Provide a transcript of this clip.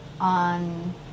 on